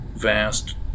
vast